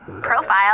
profile